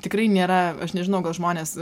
tikrai nėra aš nežinau gal žmonės